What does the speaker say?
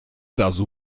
razu